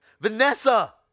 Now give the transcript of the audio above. Vanessa